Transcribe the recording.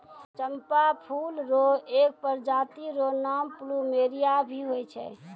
चंपा फूल र एक प्रजाति र नाम प्लूमेरिया भी होय छै